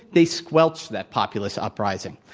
they squelched that populist uprising.